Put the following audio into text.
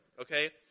okay